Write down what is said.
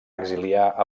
exiliar